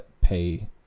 pay